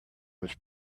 was